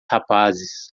rapazes